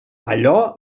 allò